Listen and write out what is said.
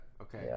Okay